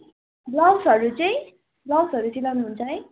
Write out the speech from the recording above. ब्लाउजहरू चाहिँ ब्लाउजहरू सिलाउनुहुन्छ है